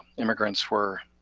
immigrants were,